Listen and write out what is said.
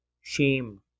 shame